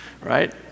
right